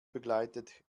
begleitet